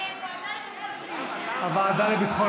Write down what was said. לוועדה לביטחון